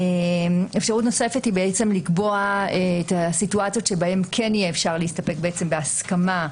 אפשרות נוספת היא לקבוע את המצבים שבהם כן אפשר יהיה להסתפק בהסכמה,